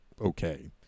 okay